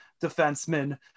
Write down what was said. defenseman